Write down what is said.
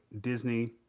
Disney